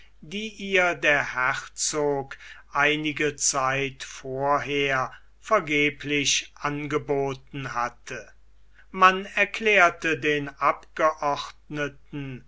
die ihr der herzog einige zeit vorher vergeblich angeboten hatte man erklärte den abgeordneten